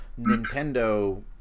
Nintendo